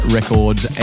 Records